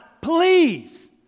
please